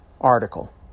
article